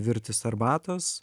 virtis arbatos